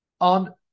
on